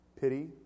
pity